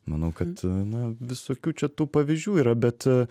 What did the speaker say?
manau kad na visokių čia tų pavyzdžių yra bet